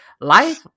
life